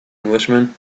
englishman